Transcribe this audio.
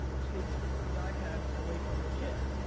take the ipad away from your kid.